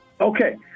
Okay